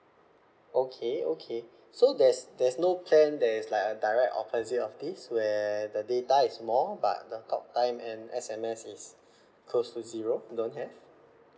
okay okay so there's there's no plan that's like a direct opposite of this where the data is more but the talk time and S_M_S is close to zero don't have